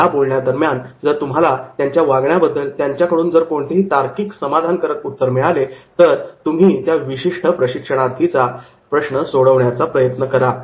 या बोलण्यादरम्यान जर तुम्हाला त्यांच्या वागण्याबद्दल त्यांच्याकडून जर कोणतेही तार्किक समाधानकारक उत्तर मिळाले तर तुम्ही त्या विशिष्ट प्रशिक्षणार्थीचा प्रश्न सोडवण्याचा प्रयत्न करा